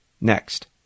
Next